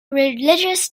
religious